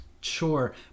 sure